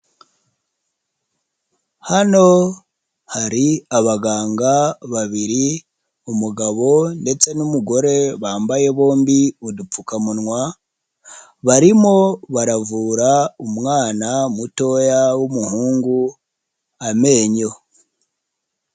Hano hari abaganga babiri umugabo ndetse n'umugore bambaye bombi udupfukamunwa, barimo baravura umwana mutoya w'umuhungu amenyo.